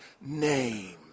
name